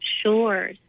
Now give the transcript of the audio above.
Sure